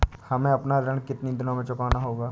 हमें अपना ऋण कितनी दिनों में चुकाना होगा?